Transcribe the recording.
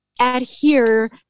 adhere